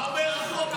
מה אומר החוק?